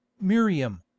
miriam